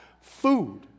food